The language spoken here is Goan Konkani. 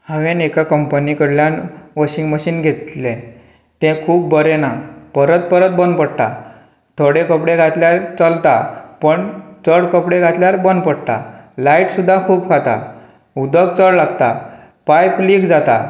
हांवेन एका कंम्पनी कडल्यान वाॅशिंग मशीन घेतलें तें खूब बरें ना परत परत बंद पडटा थोडे कपडे घातल्यार चलता पण चड कपडे घातल्यार बंद पडटा लायट सुद्दां खूब खाता उदक चड लागता पायप लिक जाता